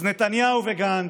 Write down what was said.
אז נתניהו וגנץ,